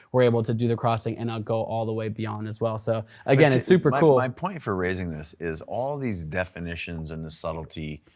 were able to do the crossing and go all the way beyond as well. so again, it's super cool my and point for raising this is all these definitions and the subtlety,